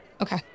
Okay